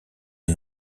est